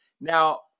Now